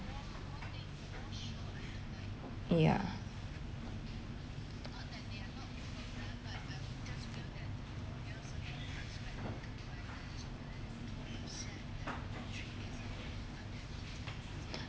ya